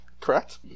Correct